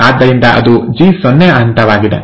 ಆದ್ದರಿಂದ ಇದು ಜಿ0 ಹಂತವಾಗಿದೆ